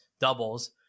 doubles